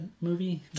movie